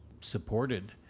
supported